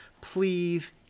please